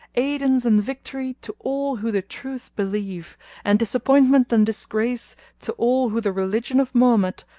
aidance and victory to all who the truth believe and disappointment and disgrace to all who the religion of mohammed,